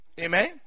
amen